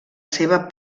seva